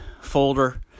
folder